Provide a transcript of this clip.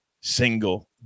single